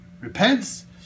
repents